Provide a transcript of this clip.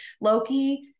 Loki